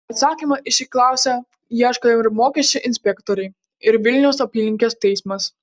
atsakymo į šį klausią ieško ir mokesčių inspektoriai ir vilniaus apylinkės teismas